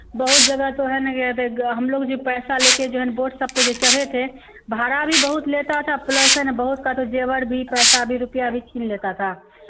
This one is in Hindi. बहुत जगह तो है न ये हम लोग जो पैसा ले कर जो है न बोट सब पर जो चढ़े थे भाड़ा भी बहुत लेता था प्लस है ना बहुत का तो जेवर भी पैसा भी रुपैया भी छीन लेता था